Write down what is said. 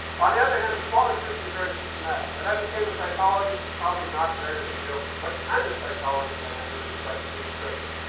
on the other hand, the small decisions are very systematic. that i became a psychologist is probably not very revealing. what kind of psychologist i am may reflect deep traits.